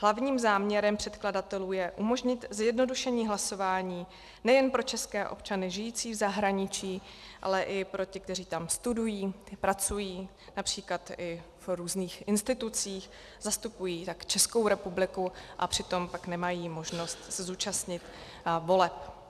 Hlavním záměrem předkladatelů je umožnit zjednodušení hlasování nejen pro české občany žijící v zahraničí, ale i pro ty, kteří tam studují, pracují, např. i v různých institucích, zastupují tak Českou republiku, a přitom pak nemají možnost je zúčastnit voleb.